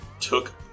took